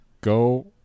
Go